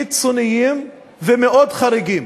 קיצוניים ומאוד חריגים.